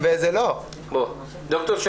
1 באוקטובר,